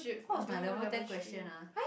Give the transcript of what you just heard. what was my level ten question ah